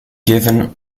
given